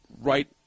right